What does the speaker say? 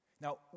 Now